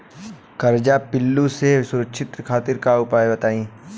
कजरा पिल्लू से सुरक्षा खातिर उपाय बताई?